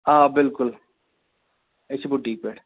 آ بلکل أسۍ چھِ بُٹیٖک پٮ۪ٹھ